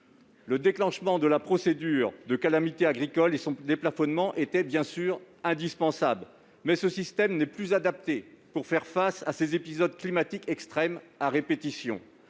Le déclenchement de la procédure de calamité agricole et son déplafonnement étaient bien sûr indispensables, mais ce système n'est plus adapté pour faire face à ces épisodes climatiques extrêmes à répétition